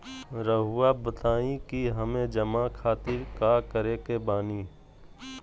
रहुआ बताइं कि हमें जमा खातिर का करे के बानी?